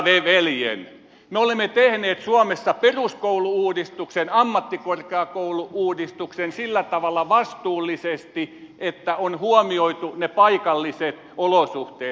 me olemme tehneet suomessa peruskoulu uudistuksen ammattikorkeakoulu uudistuksen sillä tavalla vastuullisesti että on huomioitu ne paikalliset olosuhteet